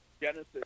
Genesis